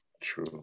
True